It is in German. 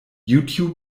youtube